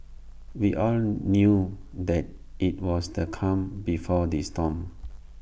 we all knew that IT was the calm before the storm